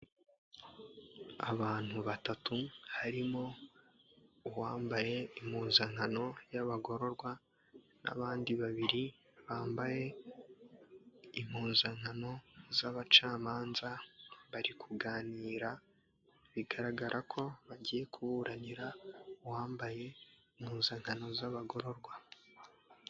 Abantu batatu harimo uwambaye impuzankano y'abagororwa n'abandi babiri bambaye impuzankano z'abacamanza bari kuganira. Bigaragara ko bagiye kuburanira uwambaye impuzankano z'abagororwa.